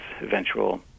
eventual